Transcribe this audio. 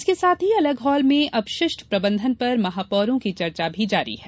इस के साथ ही अलग हॉल मे अपशिस्ट प्रबंधन पर महापौरों की चर्चा भी जारी है